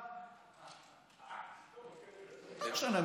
לא משנה,